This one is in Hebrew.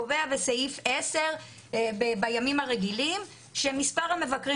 קובעת בסעיף 10 בימים הרגילים שמספר המבקרים